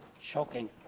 Shocking